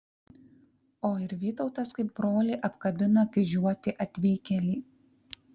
o ir vytautas kaip brolį apkabina kryžiuotį atvykėlį